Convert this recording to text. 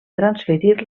transferir